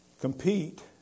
Compete